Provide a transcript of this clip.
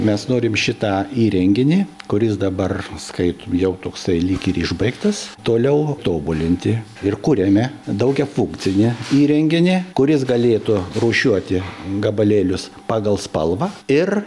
mes norim šitą įrenginį kuris dabar skaito jau toksai lyg ir išbaigtas toliau tobulinti ir kuriame daugiafunkcinį įrenginį kuris galėtų rūšiuoti gabalėlius pagal spalvą ir